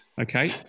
okay